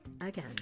again